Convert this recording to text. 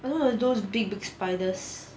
all those all those big big spiders